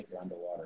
underwater